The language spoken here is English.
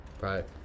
Right